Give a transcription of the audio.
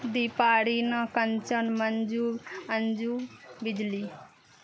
दीपा रीना कंचन मंजू अंजू बिजली